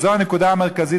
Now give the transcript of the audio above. וזאת הנקודה המרכזית,